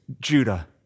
Judah